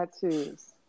tattoos